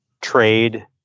trade